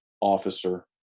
officer